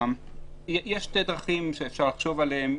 יש שתי דרכים שאפשר לחשוב עליהן